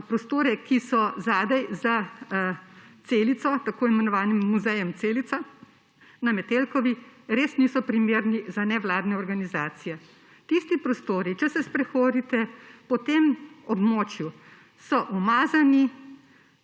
prostori, ki so za tako imenovanim muzejem Celica na Metelkovi, res niso primerni za nevladne organizacije. Tisti prostori, če se sprehodite po tem območju, so umazani